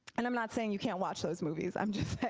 and i'm not saying you can't watch those movies, i'm just saying.